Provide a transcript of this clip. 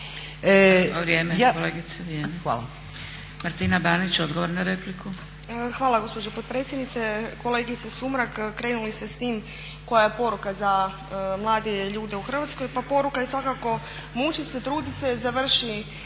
na repliku. **Banić, Martina (HDZ)** Hvala gospođo potpredsjednice. Kolegice Sumrak, krenuli ste s tim koja je poruka za mlade ljude u Hrvatskoj. Pa poruka je svakako muči se, trudi se, završi